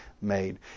made